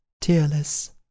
tearless